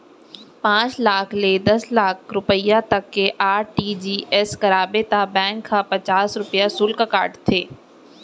पॉंच लाख ले दस लाख रूपिया तक के आर.टी.जी.एस कराबे त बेंक ह पचास रूपिया सुल्क काटथे